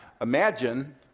imagine